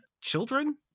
children